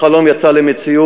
החלום יצא למציאות.